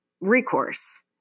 recourse